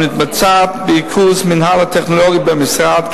המתבצעת בריכוז מנהל הטכנולוגיות במשרד,